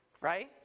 Right